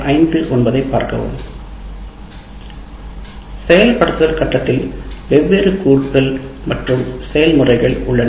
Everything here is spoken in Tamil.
அமலாக்க கட்டத்தில் வெவ்வேறு கூறுகள் மற்றும் செயல்முறைகள் உள்ளன